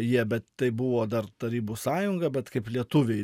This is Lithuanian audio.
jie bet tai buvo dar tarybų sąjunga bet kaip lietuviai